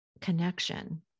connection